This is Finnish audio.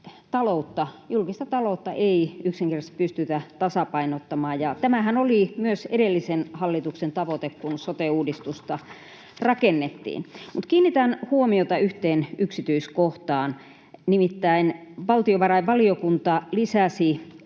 julkista taloutta ei yksinkertaisesti pystytä tasapainottamaan. Tämähän oli myös edellisen hallituksen tavoite, kun sote-uudistusta rakennettiin. Kiinnitän huomiota yhteen yksityiskohtaan: Nimittäin valtiovarainvaliokunta lisäsi